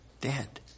dead